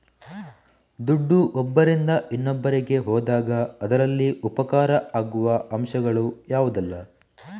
ದುಡ್ಡು ಒಬ್ಬರಿಂದ ಇನ್ನೊಬ್ಬರಿಗೆ ಹೋದಾಗ ಅದರಲ್ಲಿ ಉಪಕಾರ ಆಗುವ ಅಂಶಗಳು ಯಾವುದೆಲ್ಲ?